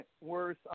worse